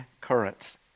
currents